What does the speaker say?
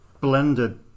blended